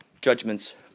judgments